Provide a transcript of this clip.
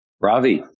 Ravi